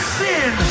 sin